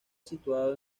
situado